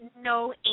no